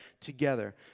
together